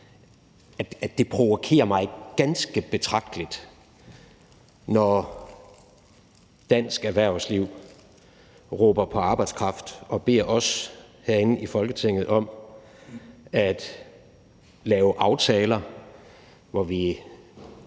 at det provokerer mig ganske betragteligt, når dansk erhvervsliv råber på arbejdskraft og beder os herinde i Folketinget om at lave aftaler, hvor vi